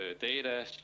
data